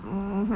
mm